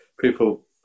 people